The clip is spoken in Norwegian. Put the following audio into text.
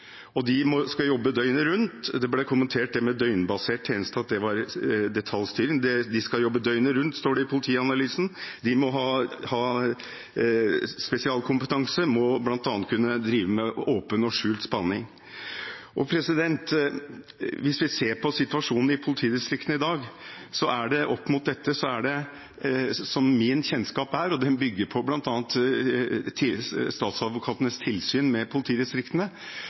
kriminalitet. De skal jobbe døgnet rundt. Det ble kommentert at det med døgnbasert tjeneste var detaljstyring. De skal jobbe døgnet rundt, står det i Politianalysen. De må ha spesialkompetanse og bl.a. kunne drive med åpen og skjult spaning. Hvis vi ser på situasjonen i politidistriktene i dag opp mot dette, er det etter min kjennskap – den bygger bl.a. på statsadvokatenes tilsyn med politidistriktene